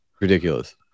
Ridiculous